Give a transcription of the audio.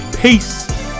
Peace